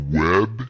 web